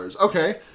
Okay